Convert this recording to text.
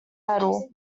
metal